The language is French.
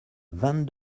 vingt